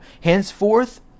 Henceforth